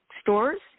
stores